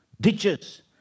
ditches